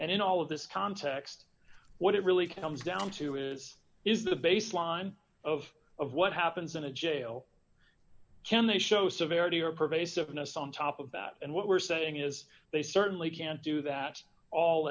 in all of this context what it really comes down to is is the baseline of of what happens in a jail can they show severity or pervasiveness on top of that and what we're saying is they certainly can't do that all